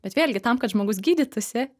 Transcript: bet vėlgi tam kad žmogus gydytųsi